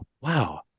wow